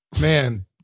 Man